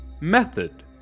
method